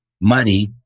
money